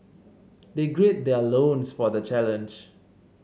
they gird their loins for the challenge